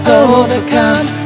overcome